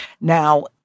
Now